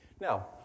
Now